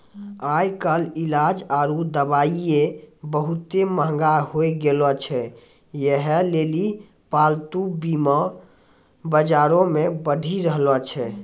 आइ काल्हि इलाज आरु दबाइयै बहुते मंहगा होय गैलो छै यहे लेली पालतू बीमा बजारो मे बढ़ि रहलो छै